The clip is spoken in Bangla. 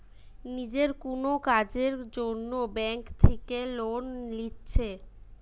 নিজের কুনো কাজের জন্যে ব্যাংক থিকে লোন লিচ্ছে